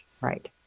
Right